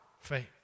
faith